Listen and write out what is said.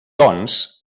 doncs